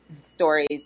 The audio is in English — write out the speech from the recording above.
stories